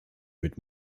mit